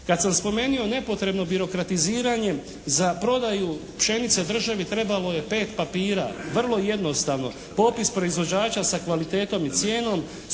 Kad samo spomenuo nepotrebno birokratiziranje za prodaju pšenice državi trebalo je 5 papira, vrlo jednostavno, popis proizvođača sa kvalitetom i cijenom,